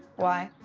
why?